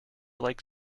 like